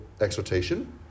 exhortation